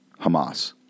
Hamas